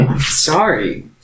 Sorry